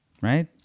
Right